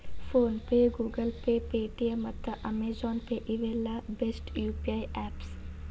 phone pay, Google Pay, Paytm ಮತ್ತ Amazon Pay ಇವೆಲ್ಲ best UPI apps